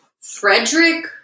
Frederick